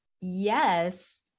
yes